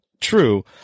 True